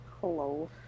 Hello